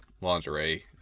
lingerie